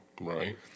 Right